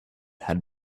had